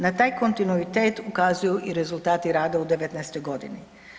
Na taj kontinuitet ukazuju i rezultata rada u 2019. godini.